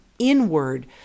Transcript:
inward